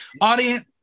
audience